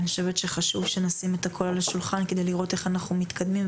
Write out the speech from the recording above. אני חושבת שחשוב שנשים את הכל על השולחן כדי לראות איך אנחנו מתקדמים,